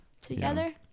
together